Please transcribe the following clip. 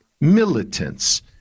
militants